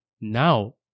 now